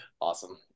Awesome